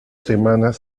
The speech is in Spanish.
semanas